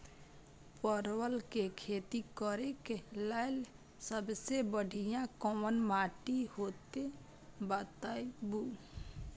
परवल के खेती करेक लैल सबसे बढ़िया कोन माटी होते बताबू?